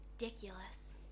ridiculous